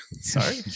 Sorry